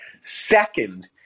Second